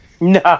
No